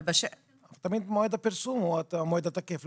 אבל --- תמיד מועד הפרסום הוא המועד התקף,